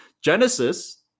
Genesis